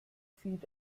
feed